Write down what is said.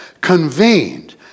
convened